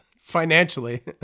financially